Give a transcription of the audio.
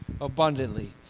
abundantly